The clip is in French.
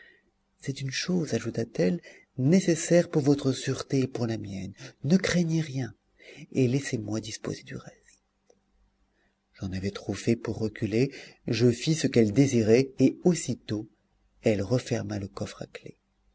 c'est une chose ajouta-t-elle nécessaire pour votre sûreté et pour la mienne ne craignez rien et laissez-moi disposer du reste j'en avais trop fait pour reculer je fis ce qu'elle désirait et aussitôt elle referma le coffre à la